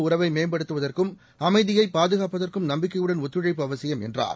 உறவைமேம்படுத்துவதற்கும் அமைதியைபாதுகாப்பதற்கும் நம்பிக்கையுடன் இருதரப்பு ஒத்துழைப்பதுஅவசியம் என்றார்